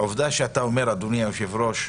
עובדה שאתה אומר, אדוני היושב ראש,